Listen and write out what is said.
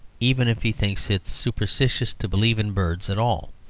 even if he thinks it superstitious to believe in birds at all.